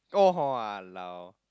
oh hor !walao!